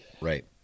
right